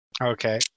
Okay